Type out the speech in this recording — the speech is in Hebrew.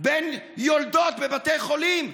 בין יולדות בבתי חולים.